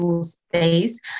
space